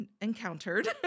encountered